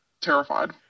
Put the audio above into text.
Terrified